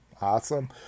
awesome